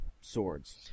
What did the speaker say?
swords